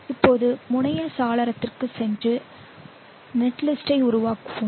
இப்போது முனைய சாளரத்திற்குச் சென்று நெட்லிஸ்ட்டை உருவாக்குவோம்